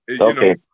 Okay